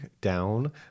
down